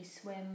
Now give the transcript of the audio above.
swim